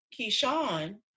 Keyshawn